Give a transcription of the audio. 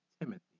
Timothy